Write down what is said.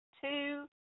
two